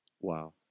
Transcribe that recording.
wow